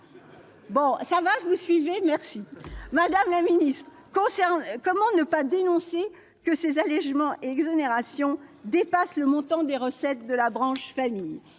Madame la ministre, comment ne pas dénoncer le fait que ces allégements et exonérations dépassent le montant des recettes de la branche famille ?